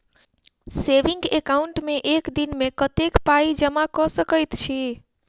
Saving account मे एक दिनमे कतेक पाई जमा कऽ सकैत छी?